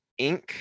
Inc